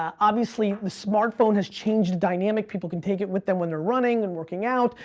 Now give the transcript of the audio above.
obviously, the smartphone has changed the dynamic. people can take it with them when they're running and working out,